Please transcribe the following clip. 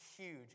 huge